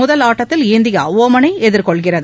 முதல் ஆட்டத்தில் இந்தியா ஒமனை எதிர்கொள்கிறது